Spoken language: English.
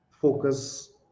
focus